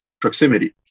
proximity